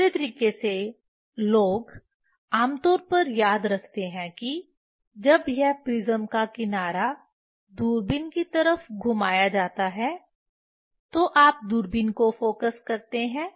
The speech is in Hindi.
दूसरे तरीके से लोग आमतौर पर याद रखते हैं कि जब यह प्रिज्म का किनारा दूरबीन की तरफ घुमाया जाता है तो आप दूरबीन को फोकस करते हैं